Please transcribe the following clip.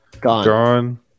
gone